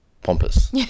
pompous